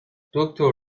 دکتر